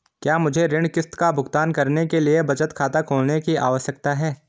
क्या मुझे ऋण किश्त का भुगतान करने के लिए बचत खाता खोलने की आवश्यकता है?